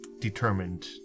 determined